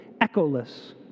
echoless